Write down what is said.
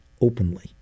openly